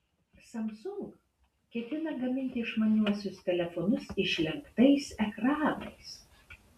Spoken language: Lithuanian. samsung ketina gaminti išmaniuosius telefonus išlenktais ekranais